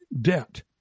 debt